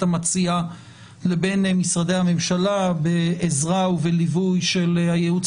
המציעה לבין משרדי הממשלה בעזרה ובליווי של הייעוץ